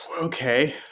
okay